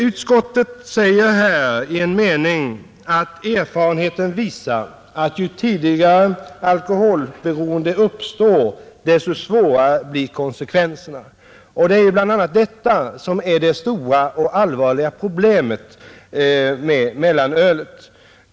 Utskottet säger i en mening: ”Erfarenheterna visar att ju tidigare ett alkoholberoende uppstår desto svårare blir konsekvenserna.” Det är bl.a. detta som är det stora och allvarliga problemet med mellanölet.